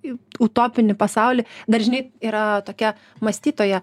į utopinį pasaulį dar žinai yra tokia mąstytoja